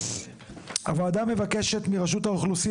4. הוועדה מבקשת מרשות האוכלוסין,